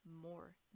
more